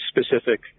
specific